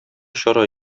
чара